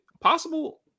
possible